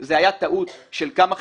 זו הייתה טעות של כמה חברות.